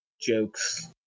jokes